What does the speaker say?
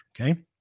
okay